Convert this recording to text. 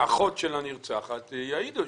האחות של הנרצחת יעידו.